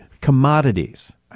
commodities